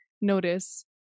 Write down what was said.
notice